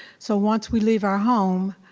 so once we leave our home,